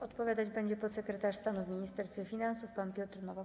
Odpowiadać będzie podsekretarz stanu w Ministerstwie Finansów pan Piotr Nowak.